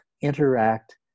interact